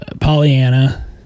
Pollyanna